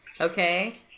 Okay